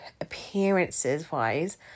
Appearances-wise